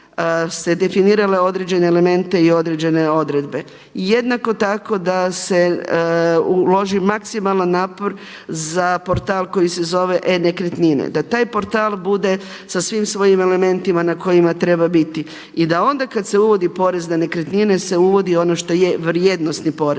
se definirale određene elemente i određene odredbe. Jednako tako da se uloži maksimalna napor za portal koji se zove e.nekretnine. Da taj portal bude sa svim svojim elementima na kojima treba biti i da onda kada se uvodi porez na nekretnine se uvodi ono što je vrijednosni poreze.